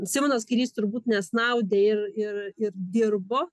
simonas kairys turbūt nesnaudė ir ir ir dirbo